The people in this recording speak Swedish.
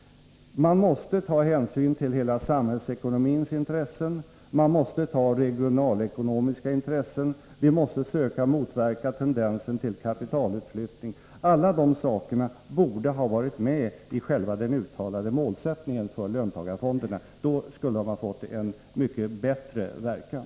Man måste ta hänsyn till hela samhällsekonomins intressen. Man måste ta hänsyn till regionalekonomiska intressen. Vi måste söka motverka tendenser till kapitalutflyttning. Alla dessa saker borde ha varit med i själva den uttalade målsättningen för fonderna. Då skulle de ha fått en mycket bättre verkan.